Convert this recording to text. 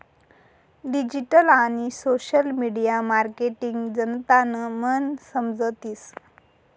digital आणि social media marketing जनतानं मन समजतीस